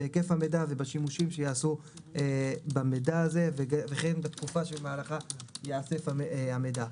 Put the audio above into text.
בהיקף המידע ובשימושים שייעשו במידע הזה וכן בתקופה שבה ייאסף המידע.